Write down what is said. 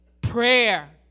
Prayer